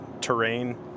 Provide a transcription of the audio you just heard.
terrain